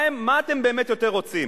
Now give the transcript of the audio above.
מה אתם יותר רוצים,